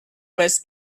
was